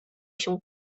się